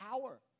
power